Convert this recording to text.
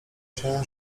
się